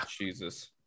Jesus